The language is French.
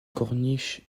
corniche